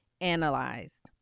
analyzed